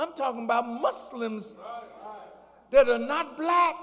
i'm talking about muslims that are not black